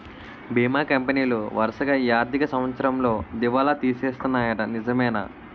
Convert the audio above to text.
బీమా కంపెనీలు వరసగా ఈ ఆర్థిక సంవత్సరంలో దివాల తీసేస్తన్నాయ్యట నిజమేనా